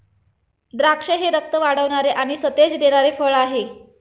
द्राक्षे हे रक्त वाढवणारे आणि सतेज देणारे फळ आहे